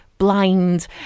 blind